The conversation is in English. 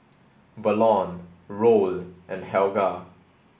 Verlon Roll and Helga